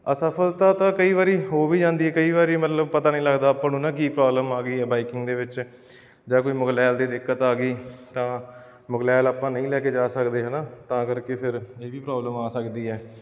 ਅਸਫਲਤਾ ਤਾਂ ਕਈ ਵਾਰੀ ਹੋ ਵੀ ਜਾਂਦੀ ਹੈ ਕਈ ਵਾਰੀ ਮਤਲਬ ਪਤਾ ਨਹੀਂ ਲੱਗਦਾ ਆਪਾਂ ਨੂੰ ਨਾ ਕੀ ਪ੍ਰੋਬਲਮ ਆ ਗਈ ਹੈ ਬਾਈਕਿੰਗ ਦੇ ਵਿੱਚ ਜਾਂ ਕੋਈ ਮੁਗਲੈਲ ਦੀ ਦਿੱਕਤ ਆ ਗਈ ਤਾਂ ਮੁਗਲੈਲ ਆਪਾਂ ਨਹੀਂ ਲੈ ਕੇ ਜਾ ਸਕਦੇ ਹੈ ਨਾ ਤਾਂ ਕਰਕੇ ਫਿਰ ਇਹ ਵੀ ਪ੍ਰੋਬਲਮ ਆ ਸਕਦੀ ਹੈ